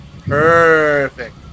Perfect